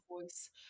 voice